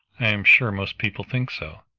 am sure most people think so,